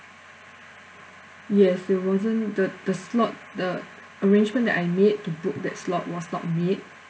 yes there wasn't the the slot the arrangement that I made to book that slot was not made